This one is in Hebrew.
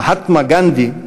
מהטמה גנדי,